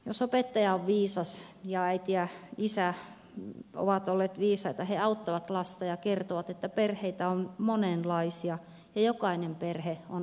jos opettaja on viisas ja äiti ja isä ovat olleet viisaita he auttavat lasta ja kertovat että perheitä on monenlaisia ja jokainen perhe on oikea perhe